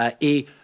et